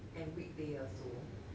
and weekday also